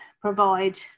provide